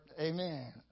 Amen